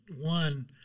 One